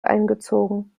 eingezogen